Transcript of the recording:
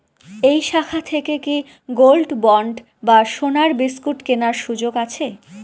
এই শাখা থেকে কি গোল্ডবন্ড বা সোনার বিসকুট কেনার সুযোগ আছে?